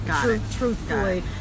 truthfully